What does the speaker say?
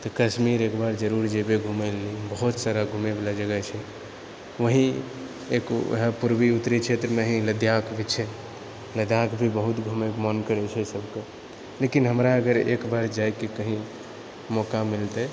तऽ कश्मीर एक बार जरुर जेबए घुमए लिअऽ बहुत सारा घुमए बला जगह छै ओएह एक ओएह पूर्वी उत्तरी क्षेत्रमे ही लद्दाख भी छै लद्दाख भी बहुत घुमएके मन करैत छै सभकेँ लेकिन हमरा अगर एक बार जाइके कही मौका मिलतए